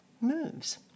moves